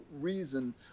reason